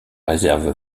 réserve